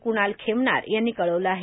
क्णाल खेमनार यांनी कर्ळावलं आहे